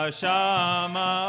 shama